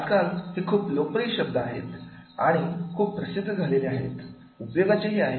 आज काल ते खूप लोकप्रिय शब्द आहेत आणि खूप प्रसिद्ध झाले आहे उपयोगाचे आहेत